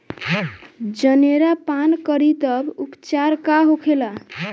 जनेरा पान करी तब उपचार का होखेला?